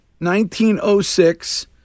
1906